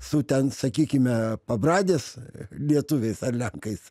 su ten sakykime pabradės lietuviais ar lenkais